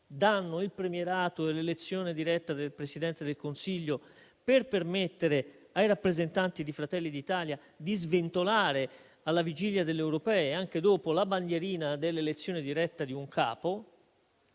danno il premierato e l'elezione diretta del Presidente del Consiglio, e questo per permettere ai rappresentanti di Fratelli d'Italia di sventolare, alla vigilia delle elezioni europee e anche dopo, la bandierina dell'elezione diretta di un capo.